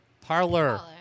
Parlor